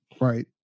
Right